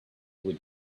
would